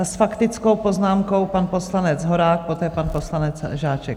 S faktickou poznámkou pan poslanec Horák, poté pan poslanec Žáček.